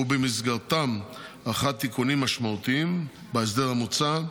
ובמסגרתם ערכה תיקונים משמעותיים בהסדר המוצע.